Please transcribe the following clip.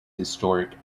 historic